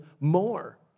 more